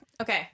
Okay